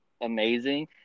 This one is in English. amazing